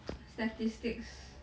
statistics